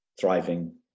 thriving